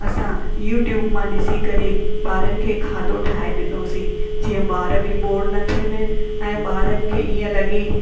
असां यूट्यूब मां ॾिसी करे ॿारनि खे खाधो ठाहे ॾिनोसीं जीअं ॿार बि बोर न थिअनि ऐं ॿारनि खे इए लॻे